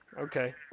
okay